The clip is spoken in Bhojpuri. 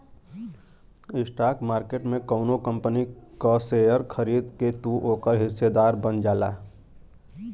स्टॉक मार्केट में कउनो कंपनी क शेयर खरीद के तू ओकर हिस्सेदार बन जाला